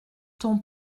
ton